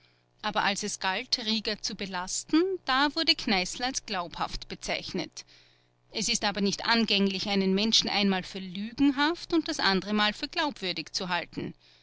aber als es galt rieger zu belasten da wurde kneißl als glaubhaft bezeichnet es ist aber nicht angänglich einen menschen einmal für lügenhaft und das andere mal als glaubwürdig zu halten